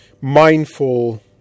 mindful